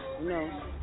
No